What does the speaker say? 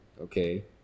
okay